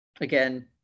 again